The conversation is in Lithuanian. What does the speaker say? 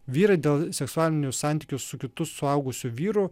vyrai dėl seksualinių santykių su kitu suaugusiu vyru